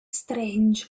strange